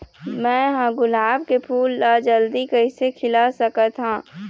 मैं ह गुलाब के फूल ला जल्दी कइसे खिला सकथ हा?